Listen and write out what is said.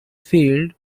field